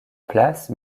place